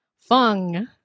Fung